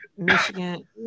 Michigan